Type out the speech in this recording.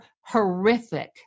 horrific